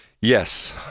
Yes